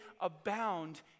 abound